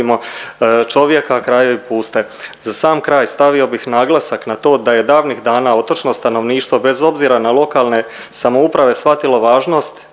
Hvala g.